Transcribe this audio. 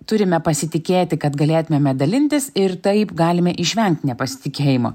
turime pasitikėti kad galėtumėme dalintis ir taip galime išvengt nepasitikėjimo